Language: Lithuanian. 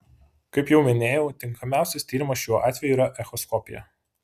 kaip jau minėjau tinkamiausias tyrimas šiuo atveju yra echoskopija